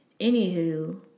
anywho